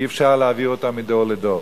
אי-אפשר להעביר אותם מדור לדור.